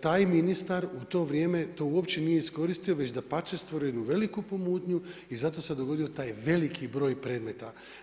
taj ministar u to vrijeme to uopće nije iskoristio već dapače stvorio jednu veliku pomutnju i zato se dogodio taj veliki broj predmeta.